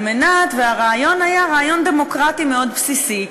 הרעיון היה רעיון דמוקרטי מאוד בסיסי: